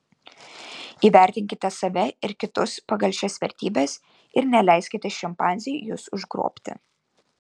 įvertinkite save ir kitus pagal šias vertybes ir neleiskite šimpanzei jus užgrobti